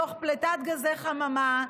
תוך פליטת גזי חממה,